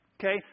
Okay